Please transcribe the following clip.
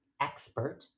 expert